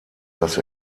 dass